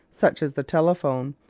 such as the telephone,